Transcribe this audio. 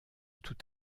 tout